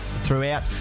throughout